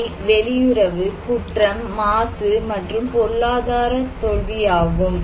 அவை வெளியுறவு குற்றம் மாசு மற்றும் பொருளாதார தோல்வி ஆகும்